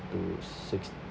to six